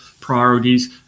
priorities